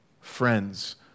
friends